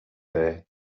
day